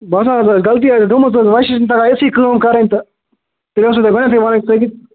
بہٕ سا ہاسا غلطی آسیٚس گٲمٕژ تہٕ ویسے چھِنہٕ تگان اَسی کٲم کَرٕنۍ تہٕ تیٚلہِ اوسوٕ تۅہہِ گۄڈنیٚتھٕے وَنُن کٔرِتھ